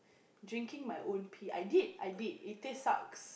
drinking my own pee I did I did it taste sucks